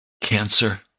cancer